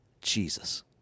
Jesus